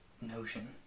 notion